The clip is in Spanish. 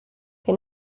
que